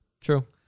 True